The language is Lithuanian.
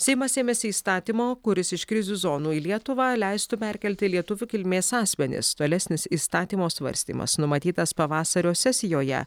seimas ėmėsi įstatymo kuris iš krizių zonų į lietuvą leistų perkelti lietuvių kilmės asmenis tolesnis įstatymo svarstymas numatytas pavasario sesijoje